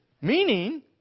Meaning